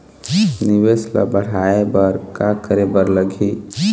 निवेश ला बड़हाए बर का करे बर लगही?